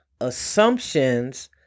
assumptions